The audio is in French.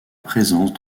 présence